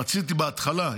רציתי בהתחלה,